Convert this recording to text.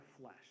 flesh